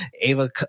Ava